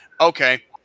Okay